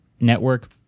network